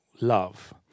love